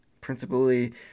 principally